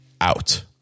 out